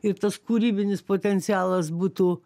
ir tas kūrybinis potencialas būtų